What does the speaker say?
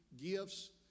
gifts